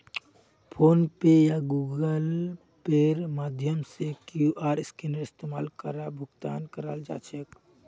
phone पे या Google पेर माध्यम से क्यूआर स्कैनेर इस्तमाल करे भुगतान कराल जा छेक